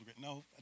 No